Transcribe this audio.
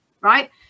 right